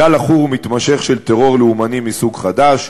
גל עכור ומתמשך של טרור לאומני מסוג חדש,